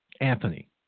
Anthony